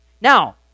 Now